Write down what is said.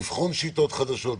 לבחון שיטות חדשות,